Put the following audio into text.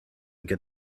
get